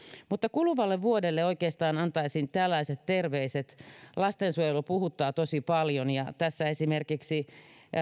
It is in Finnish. kuluvalle vuodelle oikeastaan antaisin tällaiset terveiset lastensuojelu puhuttaa tosi paljon ja tässä esimerkiksi